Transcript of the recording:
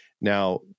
Now